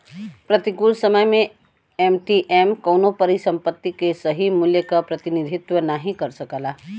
प्रतिकूल समय में एम.टी.एम कउनो परिसंपत्ति के सही मूल्य क प्रतिनिधित्व नाहीं कर सकला